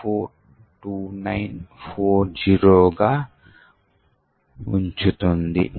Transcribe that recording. కాబట్టి దీన్ని చేయడానికి